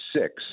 six